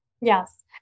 Yes